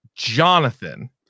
jonathan